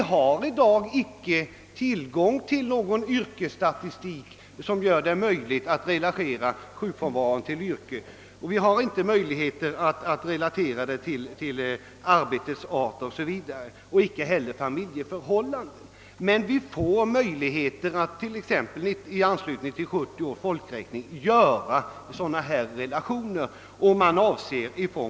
Det finns i dag inte tillgång till någon yrkesstatistik som gör det möjligt att relatera uppgifter om arten av de försäkrades arbete eller deras yrken eller deras familjeförhållanden till sjukfrånvaron. Men vi får möjligheter att i anslutning till 1970 års folkräkning göra sådana relationsberäkningar.